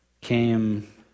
came